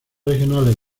regionales